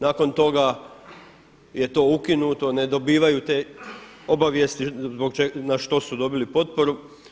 Nakon toga je to ukinuto, ne dobivaju te obavijesti na što su dobili potporu.